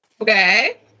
okay